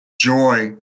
joy